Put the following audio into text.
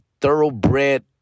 thoroughbred